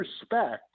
respect